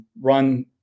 run